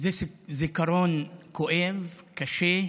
זה זיכרון כואב, קשה,